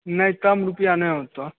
नहि तब रुपैआ नहि होतऽ